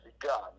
begun